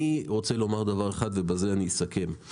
אני רוצה לומר דבר אחד ובזה אני אסכם.